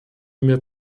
mir